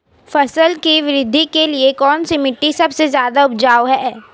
फसल की वृद्धि के लिए कौनसी मिट्टी सबसे ज्यादा उपजाऊ है?